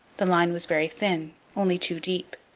the line was very thin, only two-deep,